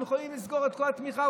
הם יכולים לסגור את כל התמיכה,